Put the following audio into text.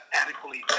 adequately